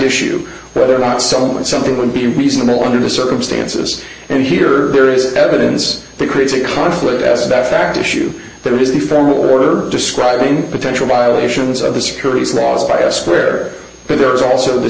issue whether or not someone something would be reasonable under the circumstances and here there is evidence that creates a conflict of that fact issue there is a formal order describing potential violations of the securities laws by a square but there is also the